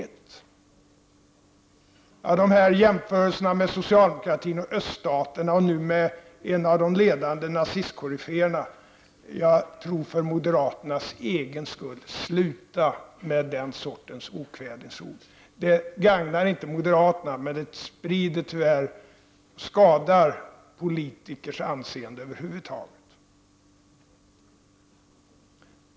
Låt mig för moderaternas egen skull säga: Sluta med de här jämförelserna mellan socialdemokraterna och öststatspartier och nu en av de ledande nazistkoryféerna! Sluta med den sortens okvädinsord! De gagnar inte moderaterna, men de skadar politikers anseende över huvud taget.